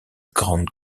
grande